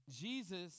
Jesus